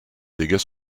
dégâts